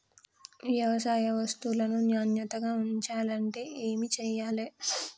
వ్యవసాయ వస్తువులను నాణ్యతగా ఉంచాలంటే ఏమి చెయ్యాలే?